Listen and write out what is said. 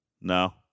No